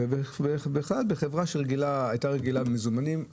ובכלל בחברה שהייתה רגילה לעבוד במזומנים,